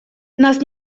нас